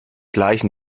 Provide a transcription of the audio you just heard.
gleichen